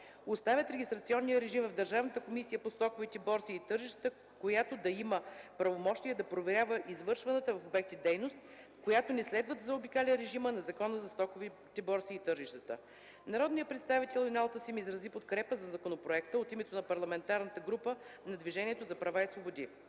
оставят регистрационния режим в Държавната комисия по стоковите борси и тържищата, която да има правомощие да проверява извършваната в обектите дейност, която не следва да заобикаля режима на Закона за стоковите борси и тържищата. Народният представител Юнал Тасим изрази подкрепа за законопроекта от името на парламентарната група на Движението за права и свободи.